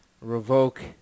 Revoke